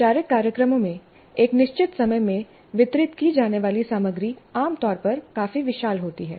औपचारिक कार्यक्रमों में एक निश्चित समय में वितरित की जाने वाली सामग्री आम तौर पर काफी विशाल होती है